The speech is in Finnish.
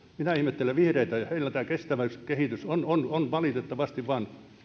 minä ihmettelen vihreitä heiltä tämä kestävä kehitys on on valitettavasti vain